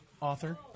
author